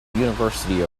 university